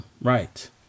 Right